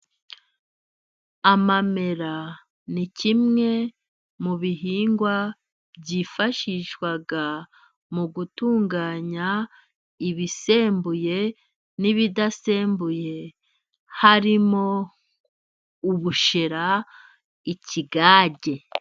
Amamera ni kimwe mu bihingwa byifashishwa mu gutunganya ibisembuye n'ibidasembuye, harimo ubushera, ikigage.